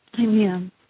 Amen